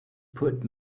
put